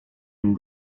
une